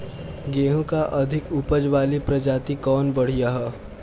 गेहूँ क अधिक ऊपज वाली प्रजाति कवन बढ़ियां ह?